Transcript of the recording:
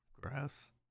Grass